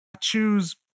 choose